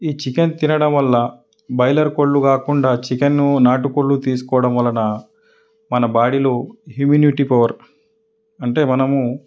ఈ చికెన్ తినడం వల్ల బాయిలర్ కోళ్ళు కాకుండా చికెను నాటు కోళ్ళు తీసుకోవడం వలన మన బాడీలో హిమ్యూనిటీ పవర్ అంటే మనము